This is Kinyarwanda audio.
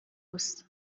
busa